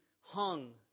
hung